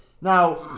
Now